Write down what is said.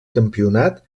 campionat